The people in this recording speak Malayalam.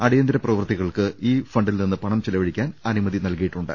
അടിയന്തിര പ്രവൃത്തികൾക്ക് ഈ ഫണ്ടിൽനിന്ന് പണം ചെലവഴിക്കാൻ അനുമതി നൽകിയിട്ടു ണ്ട്